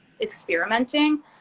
experimenting